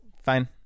Fine